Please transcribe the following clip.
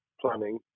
planning